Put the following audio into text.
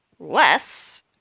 Less